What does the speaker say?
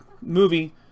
movie